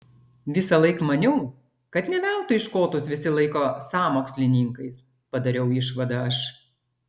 visąlaik maniau kad ne veltui škotus visi laiko sąmokslininkais padariau išvadą aš